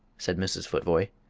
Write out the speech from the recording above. said mrs. futvoye.